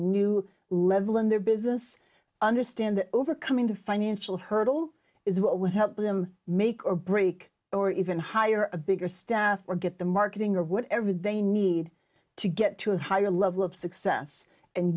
new level in their business understand that overcoming the financial hurdle is what would help them make or break or even hire a bigger staff or get the marketing or whatever they need to get to a higher level of success and